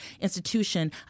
institution